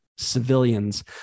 Civilians